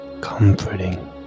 comforting